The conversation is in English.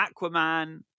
Aquaman